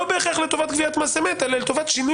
לא בהכרח לטובת גביית מס אמת אלא לטובת שינוי